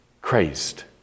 Christ